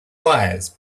wise